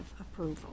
approval